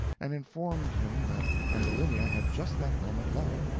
and informed him that ambulinia had just that moment left.